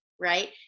right